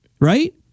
Right